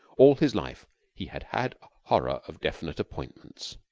all his life he had had a horror of definite appointments.